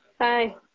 hi